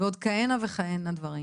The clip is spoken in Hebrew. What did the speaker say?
ועוד כהנה וכהנה דברים.